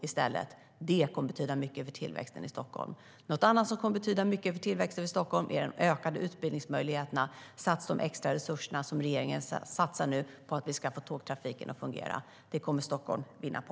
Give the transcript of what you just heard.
Det kommer att betyda mycket för tillväxten i Stockholm. Något annat som kommer att betyda mycket för tillväxten i Stockholm är de ökade utbildningsmöjligheterna samt de ökade resurser som regeringen nu satsar på att vi ska få tågtrafiken att fungera. Det kommer Stockholm att vinna på.